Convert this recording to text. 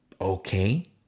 Okay